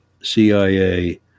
CIA